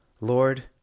Lord